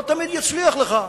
לא תמיד יצליח לך.